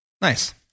Nice